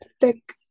thick